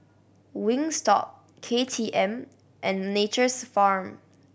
Wingstop K T M and Nature's Farm